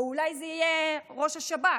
או אולי זה יהיה ראש השב"כ,